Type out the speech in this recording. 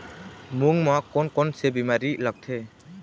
मूंग म कोन कोन से बीमारी लगथे?